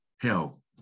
hell